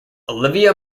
olivia